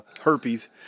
Herpes